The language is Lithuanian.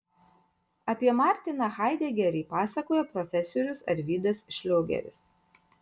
apie martiną haidegerį pasakoja profesorius arvydas šliogeris